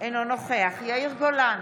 אינו נוכח יאיר גולן,